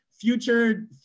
future